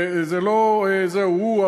וזה לא "זה הוא" הוא,